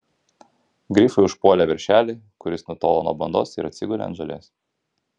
grifai užpuolė veršelį kuris nutolo nuo bandos ir atsigulė ant žolės